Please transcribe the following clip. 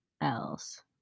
else